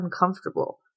uncomfortable